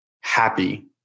happy